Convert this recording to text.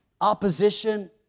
opposition